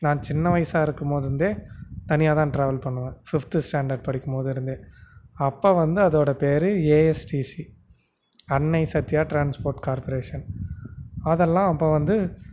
நான் சின்ன வயதா இருக்கும்போதுருந்தே தனியாகதான் ட்ராவல் பண்ணுவேன் ஃபிஃப்த்து ஸ்டாண்டர்ட் படிக்கும்போதிருந்தே அப்போ வந்து அதோடய பேர் ASTC Annai Sathya transport corporation அதெலாம் அப்போ வந்து